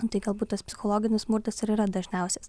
nu tai galbūt tas psichologinis smurtas ir yra dažniausias